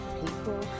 people